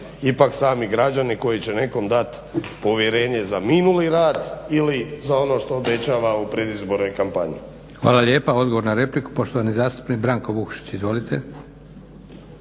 ipak sami građani koji će nekom dat povjerenje za minuli rad ili za ono što obećava u predizbornoj kampanji. **Leko, Josip (SDP)** Hvala lijepa. Odgovor na repliku, poštovani zastupnik Branko Vukšić. Izvolite.